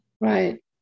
Right